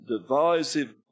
divisive